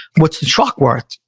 what's the truck worth?